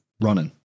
running